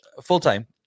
full-time